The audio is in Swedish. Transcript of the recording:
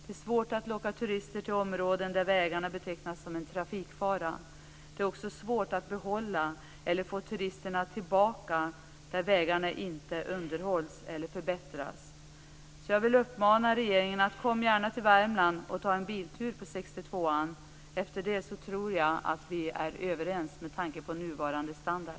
Det är svårt att locka turister till områden där vägarna betecknas som en trafikfara. Det är också svårt att behålla eller få turisterna tillbaka där vägarna inte underhålls eller förbättras. Jag vill uppmana regeringen att gärna komma till Värmland och ta en biltur på 62:an. Efter det tror jag att vi är överens med tanke på nuvarande standard.